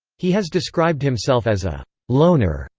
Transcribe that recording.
he has described himself as a loner.